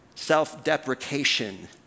Self-deprecation